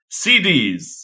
cds